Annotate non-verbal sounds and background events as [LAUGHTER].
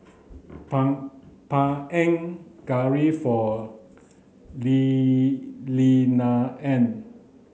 [UNINTELLIGIBLE] Panang Curry for Lee Lilianna